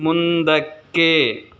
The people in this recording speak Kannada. ಮುಂದಕ್ಕೆ